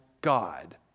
God